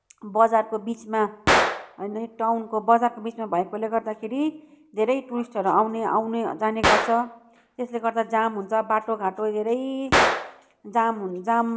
बजारको बिचमा टाउनको बजारको बिचमा भएकोले गर्दाखेरि धेरै टुरिस्टहरू आउने आउने जाने गर्छ त्यसले गर्दा जाम हुन्छ बाटोघाटो धेरै जाम हुन् जाम